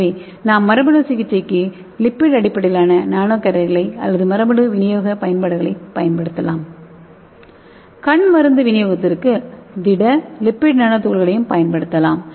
எனவே நாம் மரபணு சிகிச்சைக்கு லிப்பிட் அடிப்படையிலான நானோ கேரியர்களைப் அல்லது மரபணு விநியோக பயன்பாடுகள் பயன்படுத்தலாம் கண் மருந்து விநியோகத்திற்கு திட லிப்பிட் நானோ துகள்களையும் பயன்படுத்தலாம்